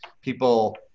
people